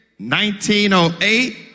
1908